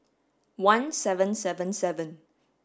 one seven seven seven